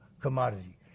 commodity